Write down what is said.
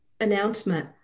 announcement